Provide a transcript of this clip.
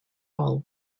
all